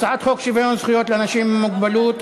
הצעת חוק שוויון זכויות לאנשים עם מוגבלות (תיקון,